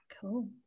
Cool